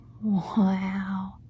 Wow